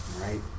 right